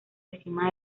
encima